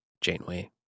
Janeway